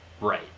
Right